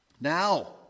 Now